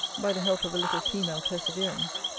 by the help of a little female perseverance.